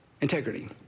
integrity